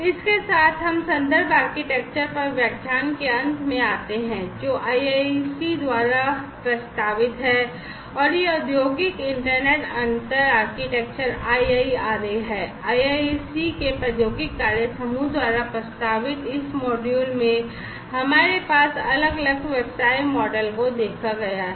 इसके साथ हम संदर्भ आर्किटेक्चर पर व्याख्यान के अंत में आते हैं जो IIC द्वारा प्रस्तावित है यह औद्योगिक इंटरनेट अंतर आर्किटेक्चर IIRA है IIC के प्रौद्योगिकी कार्य समूह द्वारा प्रस्तावित इस मॉड्यूल में हमारे पास अलग अलग व्यवसाय मॉडल को देखा गया है